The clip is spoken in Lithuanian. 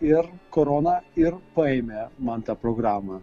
ir korona ir paėmė man tą programą